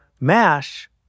MASH